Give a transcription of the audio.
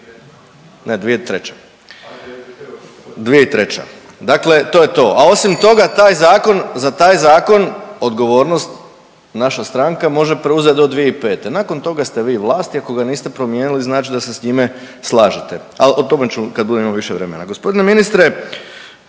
Ne, 2003., 2003. Dakle, to je to. A osim toga za taj zakon odgovornost naša stranka može preuzeti do 2005. Nakon toga ste vi vlast i ako ga niste promijenili znači da se s njime slažete. Ali o tome ću kad budem imao više vremena. Gospodine ministre